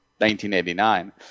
1989